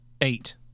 eight